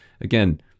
again